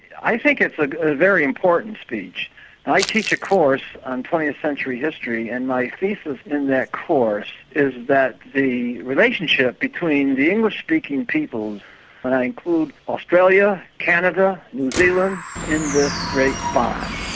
i think it's a very important speech, and i teach a course on twentieth century history, and my thesis in that course is that the relationship between the english-speaking peoples, and i include australia, canada, new zealand in this great bond,